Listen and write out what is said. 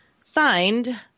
Signed